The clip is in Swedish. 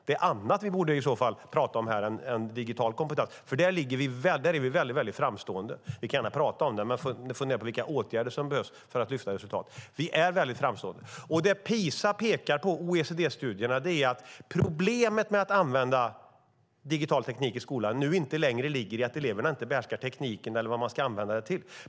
Det är annat vi borde prata om här än digital kompetens. Där är Sverige framstående. Vi kan gärna prata om PISA och fundera på vilka åtgärder som behövs för att höja resultaten. Sverige är framstående. Det PISA och OECD-studierna pekar på är att problemet med att använda digital teknik i skolan nu inte längre ligger i att eleverna inte behärskar tekniken eller vad de ska använda den till.